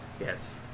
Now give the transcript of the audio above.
Yes